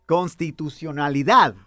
Constitucionalidad